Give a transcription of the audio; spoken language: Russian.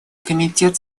комитет